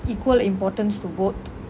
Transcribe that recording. equal importance to both